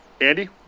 Andy